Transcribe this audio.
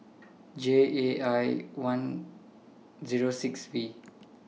J A I Zero six V